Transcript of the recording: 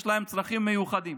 יש להם צרכים מיוחדים.